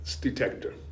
detector